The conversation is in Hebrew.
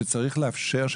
שצריך לאפשר,